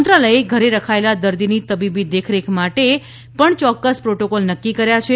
મંત્રાલયે ઘરે રખાયેલા દર્દીની તબીબી દેખરેખ રાખવા માટે પણ ચોક્કસ પ્રોટોકોલ નક્કી કર્યા છે